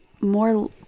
more